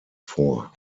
vor